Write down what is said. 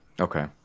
Okay